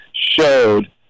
showed